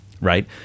right